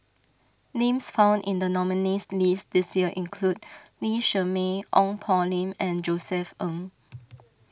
names found in the nominees' list this year include Lee Shermay Ong Poh Lim and Josef Ng